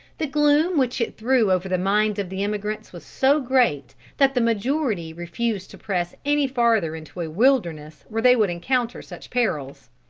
the gloom which it threw over the minds of the emigrants was so great, that the majority refused to press any farther into a wilderness where they would encounter such perils.